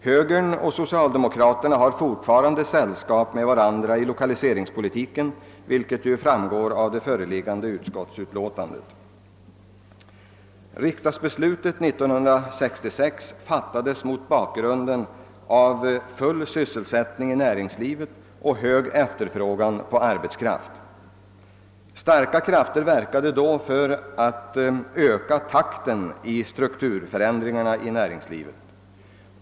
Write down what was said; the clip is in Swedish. Högern och socialdemokraterna har fortfarande sällskap med varandra när det gäller lokaliseringspolitiken, vilket ju framgår av det föreliggande utskottsutlåtandet. Riksdagsbeslutet 1966 fattades mot bakgrunden av full sysselsättning i näringslivet och hög efterfrågan på arbetskraft. Starka krafter verkade då för att öka takten i strukturförändringarna i näringslivet.